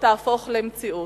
ותהפוך למציאות.